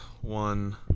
One